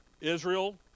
Israel